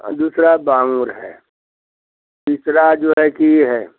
दूसरा बांगूर है तीसरा जो है कि ये है